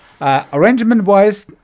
Arrangement-wise